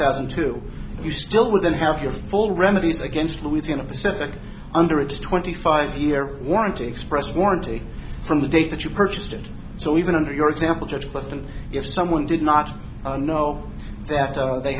two you still didn't have your full remedies against louisiana pacific under its twenty five year warranty express warranty from the date that you purchased it so even under your example judge burton if someone did not know that they